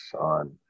on